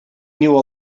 knew